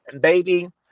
Baby